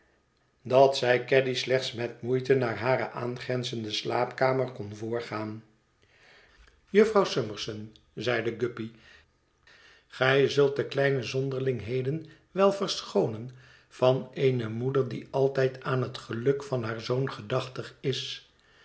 dat zij caddy slechts met moeite naar hare aangrenzende slaapkamer kon voorgaan jufvrouw summerson zeide guppy gij zult de kleine zondörlingheden wel verschoonen van eene moeder die altijd aan het geluk van haar zoon gedachtig is